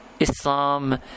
Islam